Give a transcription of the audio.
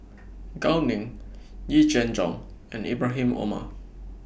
Gao Ning Yee Jenn Jong and Ibrahim Omar